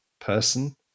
person